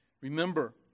Remember